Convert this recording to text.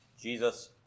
Jesus